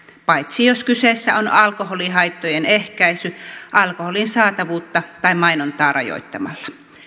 paitsi jos kyseessä on alkoholihaittojen ehkäisy alkoholin saatavuutta tai mainontaa rajoittamalla